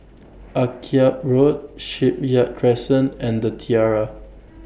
Akyab Road Shipyard Crescent and The Tiara